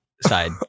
side